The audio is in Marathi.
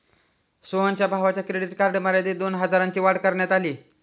सोहनच्या भावाच्या क्रेडिट कार्ड मर्यादेत दोन हजारांनी वाढ करण्यात आली